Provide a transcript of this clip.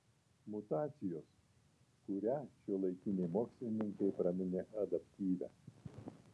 mutacijos kurią šiuolaikiniai mokslininkai praminė adaptyvia